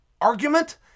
argument